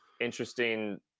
interesting